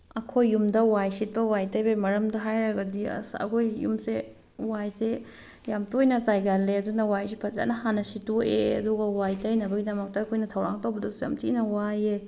ꯑꯩꯈꯣꯏ ꯌꯨꯝꯗ ꯋꯥꯏ ꯁꯤꯠꯄ ꯋꯥꯏ ꯇꯩꯕꯒꯤ ꯃꯔꯝꯗ ꯍꯥꯏꯔꯑꯗꯤ ꯑꯁ ꯑꯩꯈꯣꯏꯒꯤ ꯌꯨꯝꯁꯦ ꯋꯥꯏꯁꯦ ꯌꯥꯝ ꯇꯣꯏꯅ ꯆꯥꯏꯒꯜꯂꯦ ꯑꯗꯨꯅ ꯋꯥꯏꯁꯦ ꯐꯖꯅ ꯍꯥꯟꯅ ꯁꯤꯠꯇꯣꯛꯑꯦ ꯑꯗꯨꯒ ꯋꯥꯏ ꯇꯩꯅꯕꯒꯤꯗꯃꯛꯇ ꯑꯩꯈꯣꯏꯅ ꯊꯧꯔꯥꯡ ꯇꯧꯕꯗꯁꯨ ꯌꯥꯝ ꯊꯤꯅ ꯋꯥꯏꯑꯦ